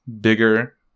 bigger